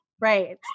Right